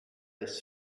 this